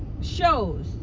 shows